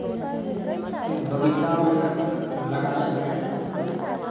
बगीचा में लगाए गए